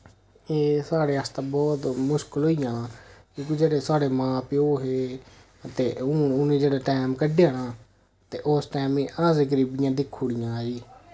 एह् साढ़े आस्तै बहुत मुश्कल होई जाना की कि जेह्ड़े साढ़े मां प्यो हे ते हून उ'नै जेह्ड़ा टैम कड्ढेआ ना ते उस टैमे असें गरीबियां दिक्खी ओड़ेआं जी